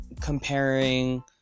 comparing